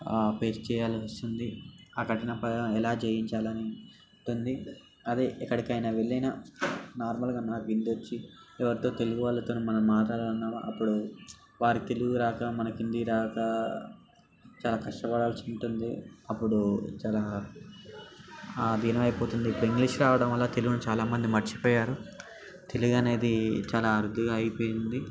face చేయాల్సి వస్తుంది ఆ కఠిన పయా ఎలా జయించాలని ఉంటుంది అదే ఎక్కడికైనా వెళ్ళిన నార్మల్గా మన హిందీ వచ్చి ఎవరితో తెలుగు వాళ్ళతోని మనం మాట్లాడాలన్నా అప్పుడు వారికి తెలుగు రాక మనకి హిందీ రాక చాలా కష్టపడాల్సి ఉంటుంది అప్పుడు చాలా ఆదీనమైపోతుంది ఇప్పుడు ఇంగ్లీష్ రావడం వల్ల తెలుగుని చాలా మంది మరచిపోయారు తెలుగు అనేది చాలా అరుదుగా అయిపోయింది